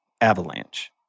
avalanche